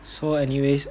so anyways